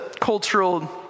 cultural